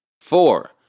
Four